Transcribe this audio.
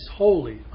holy